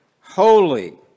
holy